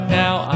now